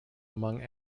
amongst